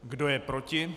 Kdo je proti?